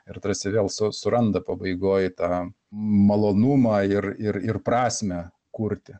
ir tarsi vėl su suranda pabaigoj tą malonumą ir ir ir prasmę kurti